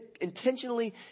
intentionally